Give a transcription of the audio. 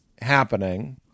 happening